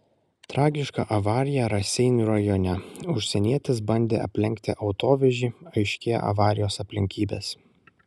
tragiška avarija raseinių rajone užsienietis bandė aplenkti autovežį aiškėja avarijos aplinkybės